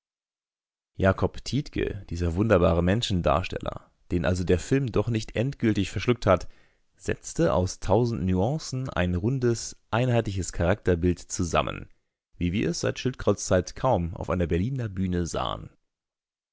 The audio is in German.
tiedtke dieser wunderbare menschendarsteller den also der film doch noch nicht endgültig verschluckt hat setzte aus tausend nuancen ein rundes einheitliches charakterbild zusammen wie wir es seit schildkrauts zeiten kaum auf einer berliner bühne sahen